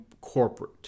corporate